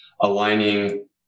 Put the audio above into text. aligning